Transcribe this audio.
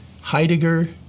Heidegger